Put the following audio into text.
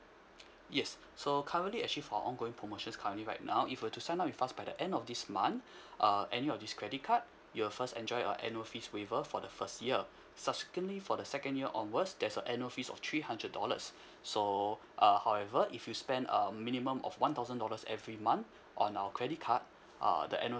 yes so currently actually for ongoing promotions currently right now if you were to sign up with us by the end of this month uh any of this credit card you will first enjoy a annual fees waiver for the first year subsequently for the second year onwards there's a annual fees of three hundred dollars so uh however if you spend a minimum of one thousand dollars every month on our credit card uh the annual